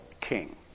king